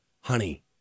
honey